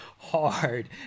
hard